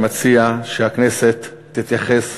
אני מציע שהכנסת תתייחס